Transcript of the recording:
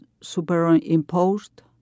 superimposed